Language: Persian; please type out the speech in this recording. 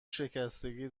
شکستگی